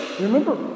Remember